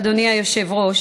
אדוני היושב-ראש,